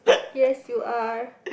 yes you are